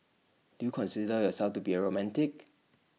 do you consider yourself to be A romantic